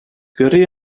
gyrru